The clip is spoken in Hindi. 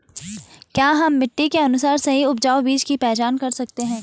क्या हम मिट्टी के अनुसार सही उपजाऊ बीज की पहचान कर सकेंगे?